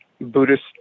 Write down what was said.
Buddhist